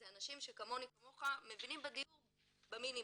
זה אנשים שכמוני כמוך מבינים בדיור במינימום.